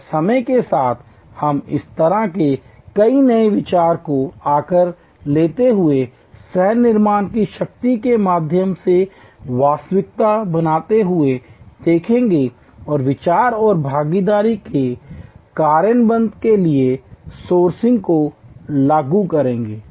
और समय के साथ हम इस तरह के कई नए विचारों को आकार लेते हुए सह निर्माण की शक्ति के माध्यम से वास्तविकता बनाते हुए देखेंगे और विचार और भागीदारी के कार्यान्वयन के लिए सोर्सिंग को लागू करेंगे